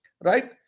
Right